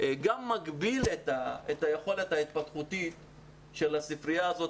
גם מגביל את היכולת ההתפתחותית של הספרייה הזאת,